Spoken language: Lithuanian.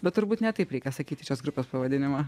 bet turbūt ne taip reikia sakyti šios grupės pavadinimą